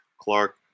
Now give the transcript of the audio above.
Clark